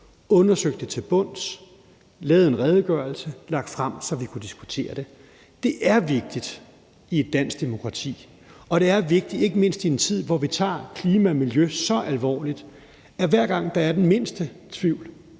undersøgt det til bunds og lavet en redegørelse og lagt den frem, så vi kunne diskutere det. Det er vigtigt i et dansk demokrati, og det er vigtigt, ikke mindst i en tid, hvor vi tager klima og miljø så alvorligt, at hver gang der er den mindste tvivl,